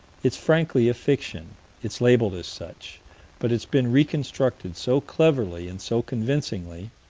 it's frankly a fiction it's labeled as such but it's been reconstructed so cleverly and so convincingly